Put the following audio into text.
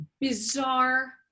bizarre